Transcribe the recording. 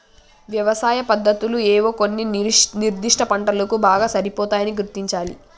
యవసాయ పద్దతులు ఏవో కొన్ని నిర్ధిష్ట పంటలకు బాగా సరిపోతాయని గుర్తించాలి